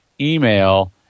email